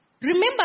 Remember